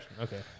Okay